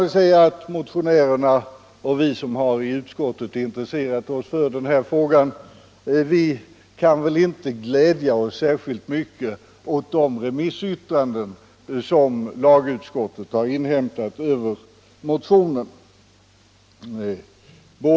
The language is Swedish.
Vi som i utskottet har behandlat denna fråga har inte kunnat glädja oss särskilt mycket åt de remissyttranden som lagutskottet har inhämtat över motionen.